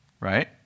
right